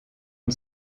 une